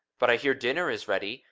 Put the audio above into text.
but i hear dinner is ready.